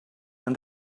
and